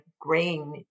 grain